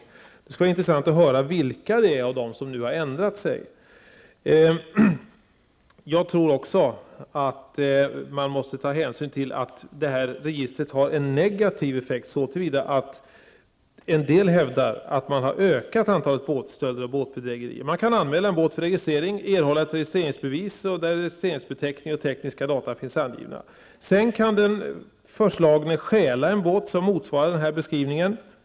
Det skulle vara intressant att höra vilka av dem som nu har ändrat sig. Jag tror också att man måste ta hänsyn till att detta register har en negativ effekt så till vida att det hävdas att antalet båtstölder och båtbedrägerier har ökat. Man kan anmäla en båt för registrering, erhålla ett registreringsbevis där registreringsbeteckning och tekniska data finns angivna. Sedan kan den förslagne stjäla en båt som motsvarar denna beskrivning.